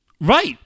Right